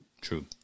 True